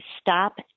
stop